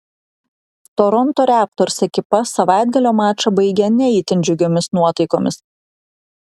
toronto raptors ekipa savaitgalio mačą baigė ne itin džiugiomis nuotaikomis